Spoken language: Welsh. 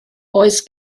oes